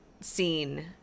scene